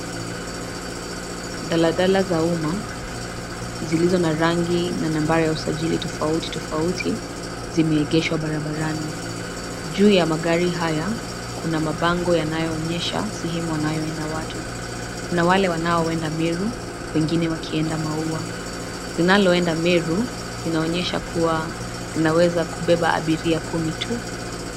Daladala za umma zilizo na rangi na nambari za usajili tofauti tofauti zimeegeshwa barabarani, juu ya magari haya kuna mabango yanayoonyesha sehemu wanayoenda watu. Kuna wale wanaoenda Meru wengine wakienda Mauwa. Linaloenda enda Meru, linaonyesha kuwa linaweza kubeba abiria kumi tu.